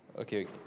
okay